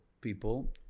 people